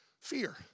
Fear